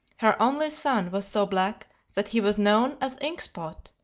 her only son was so black that he was known as ink spot,